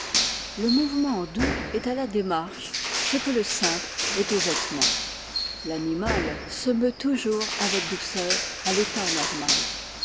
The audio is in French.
le mouvement doux est à la démarche ce que le simple est au vêtement l'animal se meut toujours avec douceur à l'état normal